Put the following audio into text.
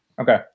Okay